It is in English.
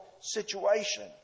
situation